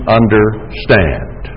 understand